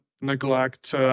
neglect